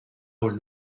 wohl